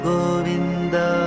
Govinda